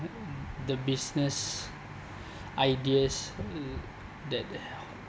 the business ideas that